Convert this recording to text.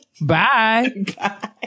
Bye